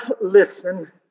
listen